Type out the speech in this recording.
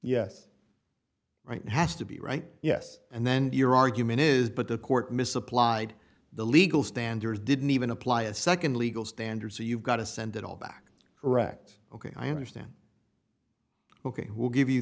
yes right has to be right yes and then your argument is but the court misapplied the legal standard didn't even apply a nd legal standard so you've got to send it all back wrecked ok i understand ok we'll give you